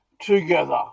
together